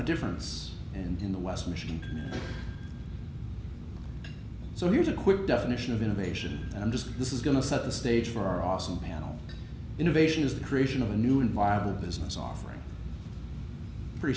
a difference and in the west machine so here's a quick definition of innovation and just this is going to set the stage for our awesome panel innovation is the creation of a new and viable business offering pretty